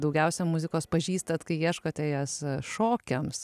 daugiausia muzikos pažįstat kai ieškote jos šokiams